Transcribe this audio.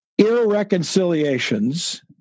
irreconciliations